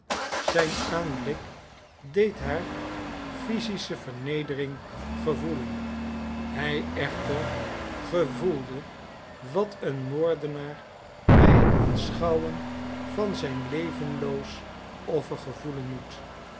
zijn aanblik deed haar physische vernedering gevoelen hij echter gevoelde wat een moordenaar bij het aanschouwen van zijn levenloos offer gevoelen moet